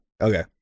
Okay